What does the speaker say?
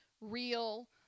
real